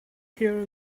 here